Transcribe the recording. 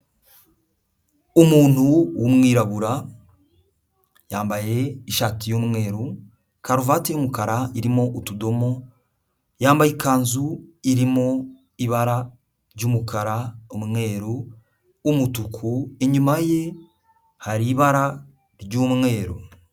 Umuntu w'umwirabura, yambaye ishati y'umweru, karuvati y'umukara irimo utudomo, yambaye ikanzu iri mo ibara ry'umukara, umweru, umutuku, inyuma ye hari ibara ry'umweru.